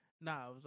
Nah